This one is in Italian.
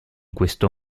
questo